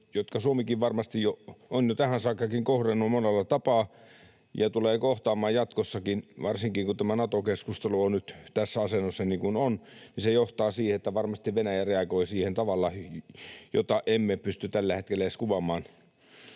joita Suomikin varmasti on jo tähän saakkakin kohdannut monella tapaa ja tulee kohtaamaan jatkossakin, varsinkin kun tämä Nato-keskustelu on nyt siinä asennossa kuin on. Se johtaa siihen, että varmasti Venäjä reagoi siihen tavalla, jota emme pysty tällä hetkellä edes kuvaamaan.